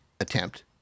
attempt